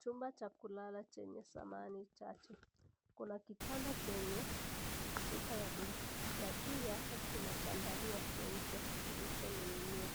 Chumba cha kulala chenye samani tatu. Kuna kitanda chenye shuka ya buluu na juu yake kuna chandarua cheupe kilichoning'inia.